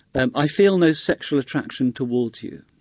and i feel no sexual attraction towards you,